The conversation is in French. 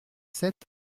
sept